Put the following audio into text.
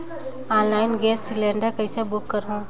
Online gas cylinder कइसे book करहु?